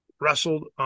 wrestled –